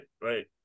right